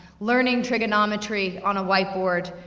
learning trigonometry on a white board,